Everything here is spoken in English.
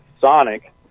Sonic